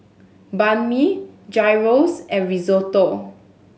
Banh Mi Gyros and Risotto